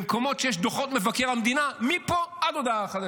במקומות שיש דוחות מבקר המדינה מפה עד להודעה חדשה.